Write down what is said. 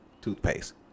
toothpaste